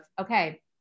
okay